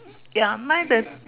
ya mine the